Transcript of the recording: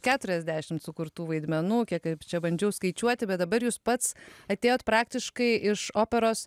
keturiasdešim sukurtų vaidmenų kaip čia bandžiau skaičiuoti bet dabar jūs pats atėjot praktiškai iš operos